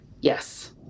Yes